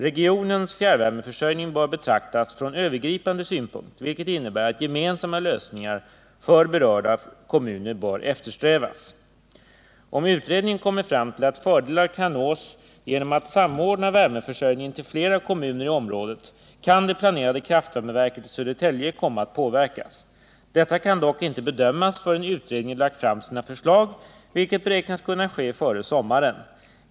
Regionens = fjärrvärmeförsörjning bör betraktas från övergripande synpunkt, vilket innebär att gemensamma lösningar för berörda kommuner bör eftersträvas. Om utredningen kommer fram till att fördelar kan nås genom att samordna värmeförsörjningen för flera kommuner i området kan det planerade kraftvärmeverket i Södertälje komma att påverkas. Detta kan dock inte bedömas förrän utredningen har lagt fram sina förslag, vilket beräknas kunna ske före sommaren.